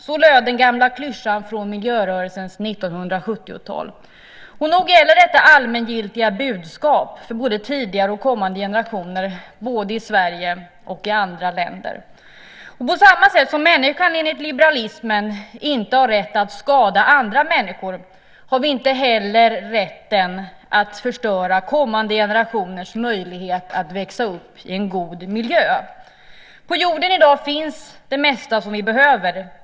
Så löd den gamla klyschan från miljörörelsens 1970-tal, och nog gäller detta allmängiltiga budskap för både tidigare och kommande generationer, både i Sverige och i andra länder. På samma sätt som människan enligt liberalismen inte har rätt att skada andra människor har vi inte heller rätt att förstöra kommande generationers möjlighet att växa upp i en god miljö. På jorden i dag finns det mesta som vi behöver.